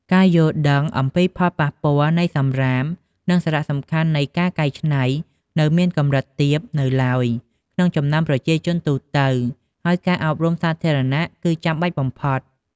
ការយល់ដឹងអំពីផលប៉ះពាល់នៃសំរាម និងសារៈសំខាន់នៃការកែច្នៃ នៅមានកម្រិតទាបនៅឡើយក្នុងចំណោមប្រជាជនទូទៅ ហើយការអប់រំសាធារណៈគឺចាំបាច់បំផុត។